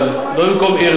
לא במקום אירלנד,